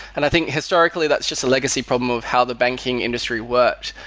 and i think, historically, that's just the legacy problem of how the banking industry worked.